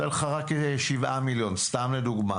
אתן לך רק 7,000,000 אני נותן סתם לדוגמה.